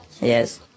Yes